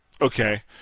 Okay